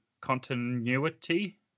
Continuity